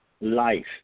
life